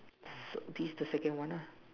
so this the second one nah